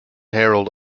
harold